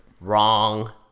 Wrong